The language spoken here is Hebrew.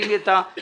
תשלימי את ההסבר.